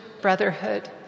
brotherhood